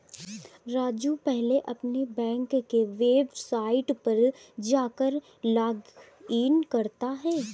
राजू पहले अपने बैंक के वेबसाइट पर जाकर लॉगइन करता है